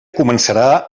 començarà